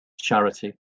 charity